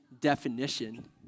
definition